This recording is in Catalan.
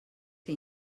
que